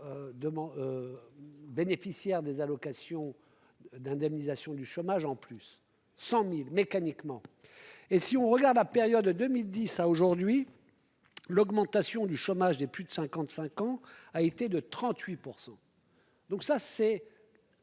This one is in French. Bénéficiaires des allocations d'indemnisation du chômage en plus 100.000 mécaniquement. Et si on regarde la période 2010 a aujourd'hui. L'augmentation du chômage des plus de 55 ans a été de 38%. Donc ça c'est.